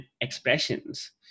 expressions